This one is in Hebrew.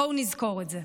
בואו נזכור את זה.